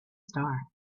star